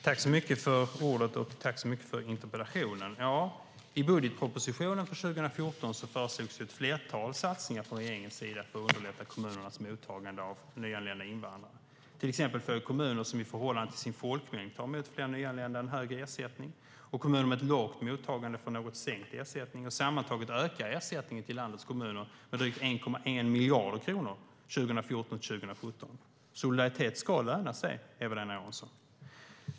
Fru talman! Jag tackar så mycket för interpellationen. I budgetpropositionen för 2014 föreslogs ett flertal satsningar från regeringens sida för att underlätta kommunernas mottagande av nyanlända invandrare. Till exempel får kommuner som i förhållande till sin folkmängd tar emot fler nyanlända en högre ersättning, och kommuner med ett lågt mottagande får en något sänkt ersättning. Sammantaget ökar ersättningen till landets kommuner med drygt 1,1 miljard kronor 2014-2017. Solidaritet ska löna sig, Eva-Lena Jansson.